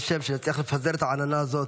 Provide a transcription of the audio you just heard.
בעזרת השם, שנצליח לפזר את העננה הזאת.